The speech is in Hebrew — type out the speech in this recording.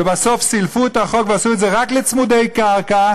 ובסוף סילפו את החוק ועשו את זה רק לצמודי קרקע,